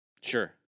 Sure